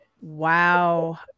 Wow